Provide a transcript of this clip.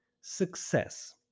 success